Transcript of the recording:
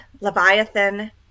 Leviathan